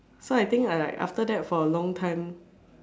so I think I like after that for a long time